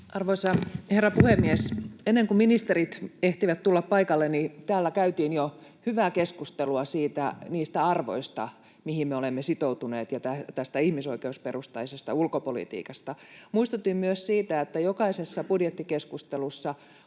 Arvoisa herra puhemies! Ennen kuin ministerit ehtivät tulla paikalle, täällä käytiin jo hyvää keskustelua niistä arvoista, mihin me olemme sitoutuneet, ja ihmisoikeusperustaisesta ulkopolitiikasta. Muistutin myös siitä, että jokaisessa budjettikeskustelussa